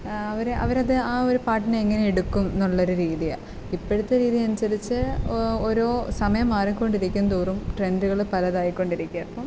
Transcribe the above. അവർ അവരത് ആ ഒരു പാട്ടിനെ എങ്ങനെ എടുക്കും എന്നുള്ളൊരു രീതിയാണ് ഇപ്പോഴത്തെ രീതി അനുസരിച്ച് ഓരോ സമയം മാറിക്കൊണ്ടിരിക്കും തോറും ട്രെൻഡുകൾ പലതായി കൊണ്ടിരിക്കുവാണ് അപ്പം